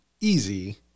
easy